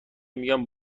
میگن